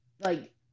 like-